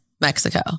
Mexico